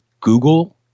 Google